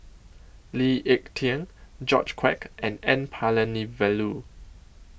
Lee Ek Tieng George Quek and N Palanivelu